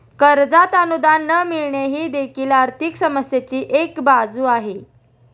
कर्जात अनुदान न मिळणे ही देखील आर्थिक समस्येची एक बाजू आहे